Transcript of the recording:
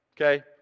okay